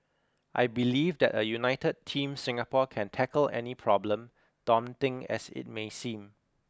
I believe that a united team Singapore can tackle any problem daunting as it may seem